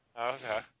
okay